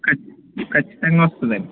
ఖచ్చి ఖచ్చితంగా వస్తుందండి